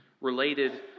related